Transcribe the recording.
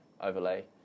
overlay